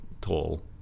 tall